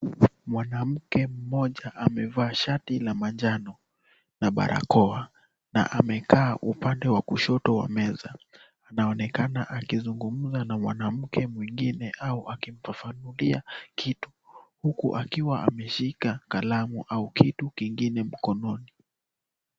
Mwanamke mmoja amevaa shati la manjano na barakoa na amekaa upande wa kushoto wa meza, anaonekana akizungumza na mwanamke mwengine au akimfafanulia kitu, huku akiwa ameshika kalamu au kitu kingine mkononi.